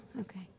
Okay